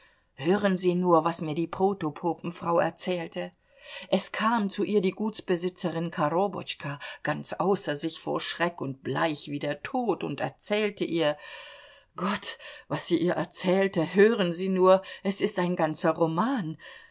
hören sie nur was mir die protopopenfrau erzählte es kam zu ihr die gutsbesitzerin korobotschka ganz außer sich vor schreck und bleich wie der tod und erzählte ihr gott was sie ihr erzählte hören sie nur es ist ein ganzer roman